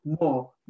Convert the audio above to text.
more